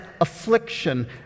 affliction